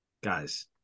Guys